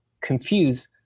confuse